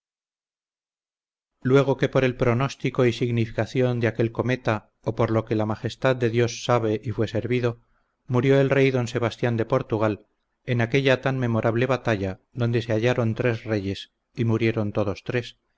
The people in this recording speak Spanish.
luego que por el pronóstico y significación de aquel cometa o por lo que la majestad de dios sabe y fue servido murió el rey don sebastián de portugal en aquella tan memorable batalla donde se hallaron tres reyes y murieron todos tres